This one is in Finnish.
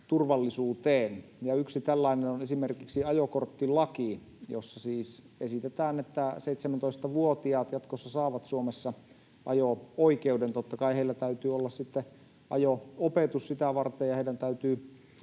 liikenneturvallisuuteen. Yksi tällainen on esimerkiksi ajokorttilaki, jossa siis esitetään, että 17-vuotiaat jatkossa saavat Suomessa ajo-oikeuden. Totta kai heillä täytyy olla ajo-opetus sitä varten ja heidän täytyy